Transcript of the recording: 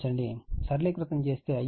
సరళీకృతం చేస్తే Ia3IAB 300